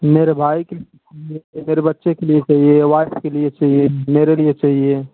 मेरे भाई के मेर बच्चे के लिए चाहिए वाइफ के लिए चाहिए मेरे लिए चाहिए